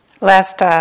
Last